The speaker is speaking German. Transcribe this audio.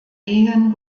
ehen